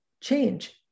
change